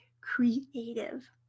creative